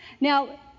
Now